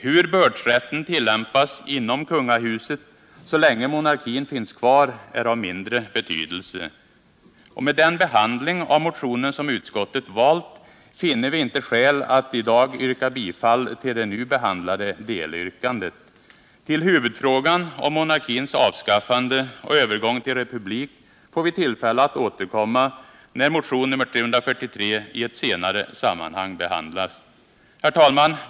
Hur bördsrätten tillämpas inom kungahuset så länge monarkin finns kvar är av mindre betydelse. Med den behandling av motionen som utskottet valt finner vi inte skäl att i dag yrka bifall till det nu behandlade delyrkandet. Till huvudfrågan om monarkins avskaffande och övergång till republik får vi tillfälle att återkomma när motion nr 343 behandlas i ett senare sammanhang. Herr talman!